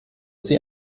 sie